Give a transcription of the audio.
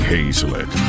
Hazlett